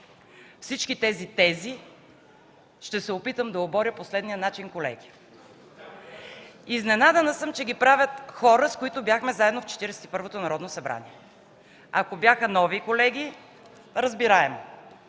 Всичките Ви тези ще се опитам да оборя по следния начин, колеги. Изненадана съм, че ги правят хора, с които бяхме заедно в Четиридесет и първото Народно събрание. Ако бяха нови колеги – разбираемо,